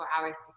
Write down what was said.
hours